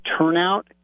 turnout